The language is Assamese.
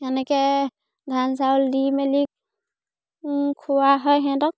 সেনেকে ধান চাউল দি মেলি খোৱা হয় সিহঁতক